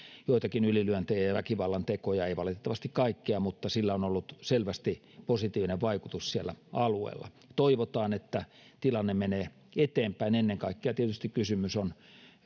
joitakin ylilyöntejä ja ja väkivallantekoja ei valitettavasti kaikkea mutta sillä on ollut selvästi positiivinen vaikutus siellä alueella toivotaan että tilanne menee eteenpäin ennen kaikkea tietysti kysymys on